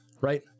right